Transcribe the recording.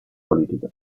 politiche